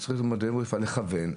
צריך בלימודי רפואה לכוון,